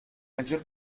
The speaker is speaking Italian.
maggior